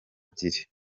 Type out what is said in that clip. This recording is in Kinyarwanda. ebyiri